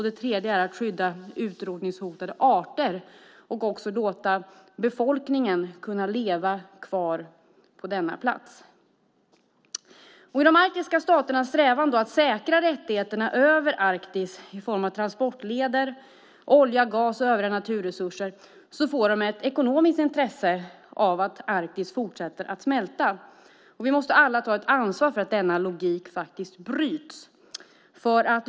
Det tredje är att skydda utrotningshotade arter och möjliggöra för befolkningen att kunna leva kvar på denna plats. I de arktiska staternas strävan att säkra rättigheterna över Arktis i form av transportleder, olja, gas och övriga naturresurser får de ett ekonomiskt intresse av att Arktis fortsätter smälta. Vi måste alla ta ett ansvar för att denna logik bryts.